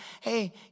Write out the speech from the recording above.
Hey